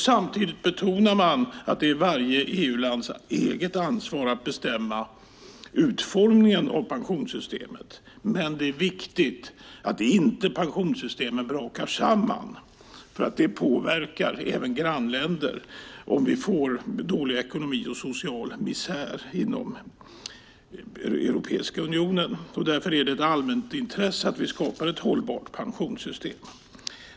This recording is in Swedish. Samtidigt betonar man att det är varje EU-lands eget ansvar att bestämma utformningen av pensionssystemet. Det är viktigt att pensionssystemen inte brakar samman, för det påverkar även grannländer om vi får dåliga ekonomier och social misär inom Europeiska unionen. Därför är det ett allmänt intresse att skapa ett hållbart pensionssystem.